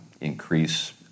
increase